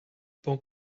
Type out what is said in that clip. pan